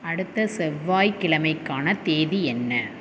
அடுத்த செவ்வாய் கிழமைக்கான தேதி என்ன